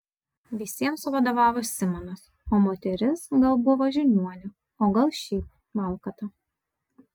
visiems vadovavo simonas o moteris gal buvo žiniuonė o gal šiaip valkata